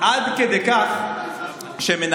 ככה הם הצביעו, רון.